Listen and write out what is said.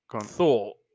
thought